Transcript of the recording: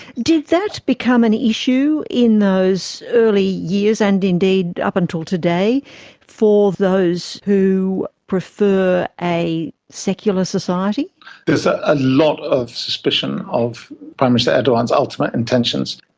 did that become an issue in those early years and indeed up until today for those who prefer a secular society? there is ah a lot of suspicion of prime minister erdogan's ultimate intentions,